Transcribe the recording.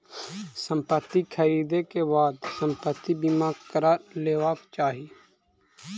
संपत्ति ख़रीदै के बाद संपत्ति बीमा करा लेबाक चाही